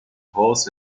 horse